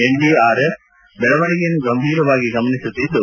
NDRF ಬೆಳವಣಿಗೆಯನ್ನು ಗಂಭೀರವಾಗಿ ಗಮನಿಸುತ್ತಿದ್ದು